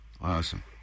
Awesome